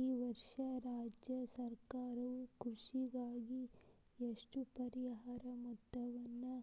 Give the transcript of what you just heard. ಈ ವರ್ಷ ರಾಜ್ಯ ಸರ್ಕಾರವು ಕೃಷಿಗಾಗಿ ಎಷ್ಟು ಪರಿಹಾರ ಮೊತ್ತವನ್ನು